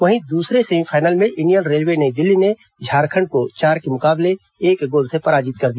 वहीं दूसरे सेमीफाइनल में इंडियन रेलवे नई दिल्ली ने झारखंड को चार के मुकाबले एक गोल से पराजित किया